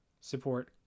Support